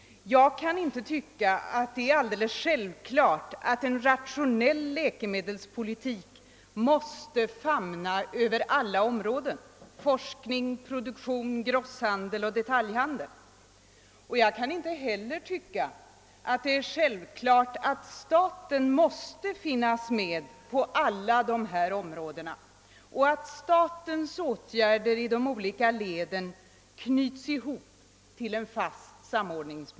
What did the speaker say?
Jag tycker inte det är alldeles självklart att en rationell läkemedelsindustri måste famna över hela området — forskning, produktion, grosshandel och detaljhandel. Inte heller tycker jag att det är självklart att staten måste finnas med på alla dessa områden och att statens åtgärder i de olika leden knyts ihop i en fast samordning.